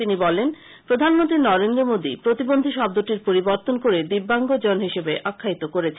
তিনি বলেন প্রধানমন্ত্রী নরেন্দ্র মোদী প্রতিবন্ধী শব্দটির পরিবর্তন করে দিব্যাঙ্গজন হিসেবে আখ্যায়িত করেছেন